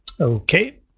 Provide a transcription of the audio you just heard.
Okay